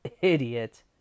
Idiot